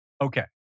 Okay